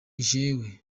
jewe